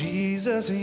Jesus